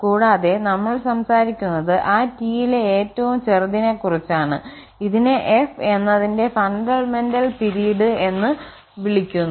കൂടാതെ നമ്മൾ സംസാരിക്കുന്നത് ആ T യിലെ ഏറ്റവും ചെറുതിനെക്കുറിച്ചാണ് ഇതിനെ f എന്നതിന്റെ ഫണ്ടമെന്റൽ പിരീഡ് എന്ന് വിളിക്കുന്നു